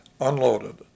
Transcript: unloaded